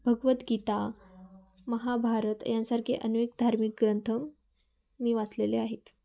भगवद्गीता महाभारत यांसारखे अनेक धार्मिक ग्रंथ मी वाचलेले आहेत